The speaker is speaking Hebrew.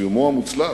לסיומו המוצלח.